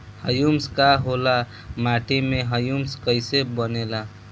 Humus का होला माटी मे ह्यूमस कइसे बनेला?